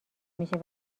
میشه